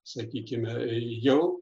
sakykime jau